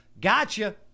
gotcha